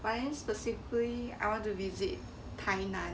but then specifically I want to visit tainan